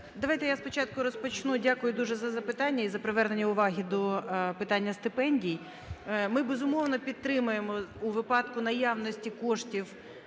Давайте я спочатку розпочну… Дякую дуже за запитання і за привернення уваги до питання стипендій. Ми, безумовно, підтримуємо у випадку наявності коштів